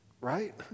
right